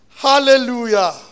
Hallelujah